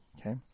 Okay